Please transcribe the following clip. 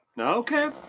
Okay